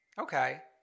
Okay